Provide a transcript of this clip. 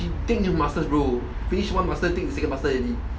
he think you masters bro finish one master take his second master already